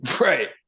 Right